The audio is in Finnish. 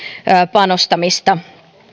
panostamista